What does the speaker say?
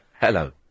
Hello